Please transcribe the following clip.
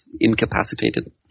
incapacitated